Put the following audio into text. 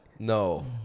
No